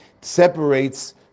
separates